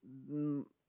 hmm